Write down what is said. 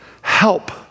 Help